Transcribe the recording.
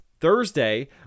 Thursday